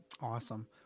Awesome